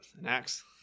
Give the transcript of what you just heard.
next